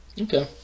Okay